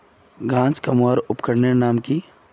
घांस कमवार उपकरनेर नाम की?